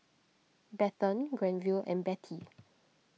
Bethann Granville and Betty